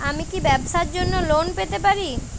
আমি কি ব্যবসার জন্য লোন পেতে পারি?